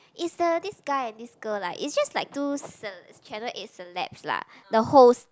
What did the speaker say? it's the this guy and this girl like it's just like two ce~ channel eight celebs lah the host